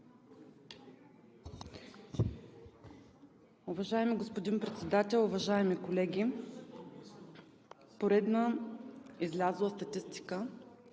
Уважаеми господин Председател, уважаеми колеги! Поредна излязла статистика